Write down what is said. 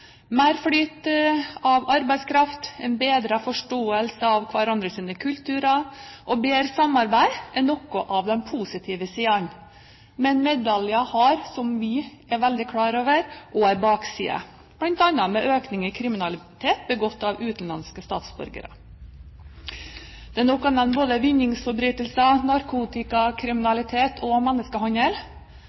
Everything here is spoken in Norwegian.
mer fri flyt av arbeidskraft, en bedret forståelse av hverandres kulturer og et bedre samarbeid er noen av de positive sidene. Men medaljen har, som vi er veldig klar over, også en bakside, bl.a. med hensyn til økningen av kriminalitet begått av utenlandske statsborgere. Det er nok å nevne både vinningsforbrytelser, narkotikakriminalitet og menneskehandel.